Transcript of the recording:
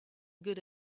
good